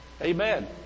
Amen